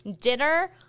dinner